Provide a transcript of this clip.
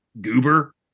goober